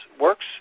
works